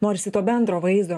norisi to bendro vaizdo